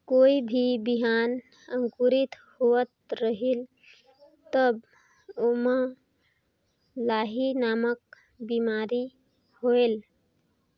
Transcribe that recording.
कोई भी बिहान अंकुरित होत रेहेल तब ओमा लाही नामक बिमारी होयल?